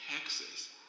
Texas